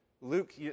Luke